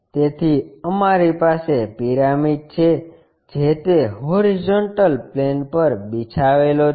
તેથી અમારી પાસે પિરામિડ છે જે તે હોરીઝોન્ટલ પ્લેન પર બિછાવેલો છે